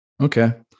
okay